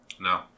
No